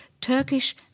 Turkish